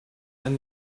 and